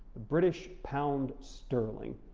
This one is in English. the british pound sterling,